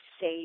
say